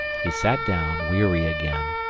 he sat down, weary again,